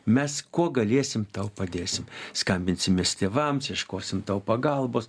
mes kuo galėsim tau padėsim skambinsimės tėvams ieškosim tau pagalbos